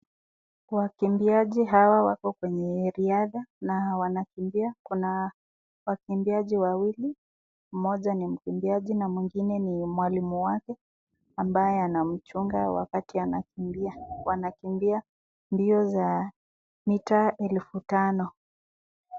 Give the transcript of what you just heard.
Wakimbiaji hawa wako kwenye riadha na wanakimbia kuna wakimbiaji wawili mmoja ni mkimbiaji na mwingine ni mwalimu wake ambaye anamchunga wakati anakimbia. Wanakimbia mbio za mita elfu tano.